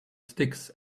sticks